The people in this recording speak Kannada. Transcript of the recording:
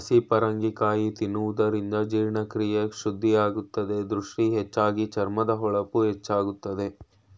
ಹಸಿ ಪರಂಗಿ ಕಾಯಿ ತಿನ್ನುವುದರಿಂದ ಜೀರ್ಣಕ್ರಿಯೆ ಶುದ್ಧಿಯಾಗುತ್ತದೆ, ದೃಷ್ಟಿ ಹೆಚ್ಚಾಗಿ, ಚರ್ಮದ ಹೊಳಪು ಹೆಚ್ಚಾಗುತ್ತದೆ